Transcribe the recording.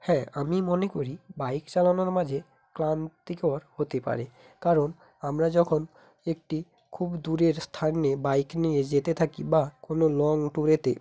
হ্যাঁ আমি মনে করি বাইক চালানোর মাঝে ক্লান্তিকর হতে পারে কারণ আমরা যখন একটি খুব দূরের স্থানে বাইক নিয়ে যেতে থাকি বা কোন লং ট্যুরেতে